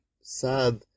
sad